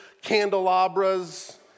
candelabras